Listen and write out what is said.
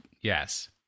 Yes